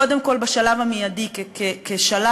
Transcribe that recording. קודם כול, בשלב המיידי, כשלב